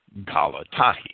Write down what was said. Galatahi